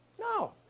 No